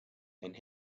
and